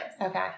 Okay